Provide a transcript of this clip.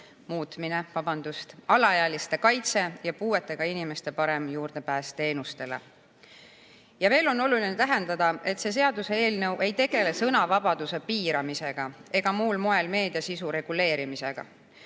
muutmine, alaealiste kaitse ja puuetega inimeste parem juurdepääs teenustele. Veel on oluline tähendada, et see seaduseelnõu ei tegele sõnavabaduse piiramisega ega muul moel meedia sisu reguleerimisega.